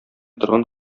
торган